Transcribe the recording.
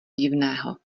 divného